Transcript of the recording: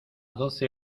doce